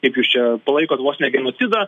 kaip jūs čia palaikot vos ne genocidą